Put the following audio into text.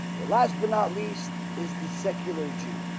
the last but not least is the secular jew